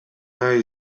nahi